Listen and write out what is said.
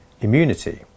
immunity